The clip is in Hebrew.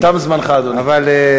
תם זמנך, אדוני.